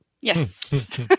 Yes